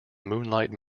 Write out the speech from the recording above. moonlight